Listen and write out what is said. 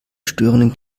störenden